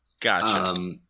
Gotcha